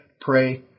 pray